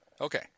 Okay